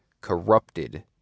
corrupted